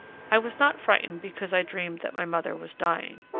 i was not frightened because i dreamed that my mother was dying,